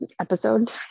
episode